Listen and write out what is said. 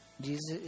Jesus